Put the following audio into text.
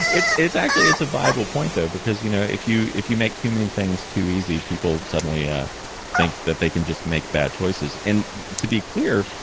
it's it's actually, it's a viable point, though, because you know if you if you make too many things too easy people suddenly ah think that they can just make bad choices. and to be clear,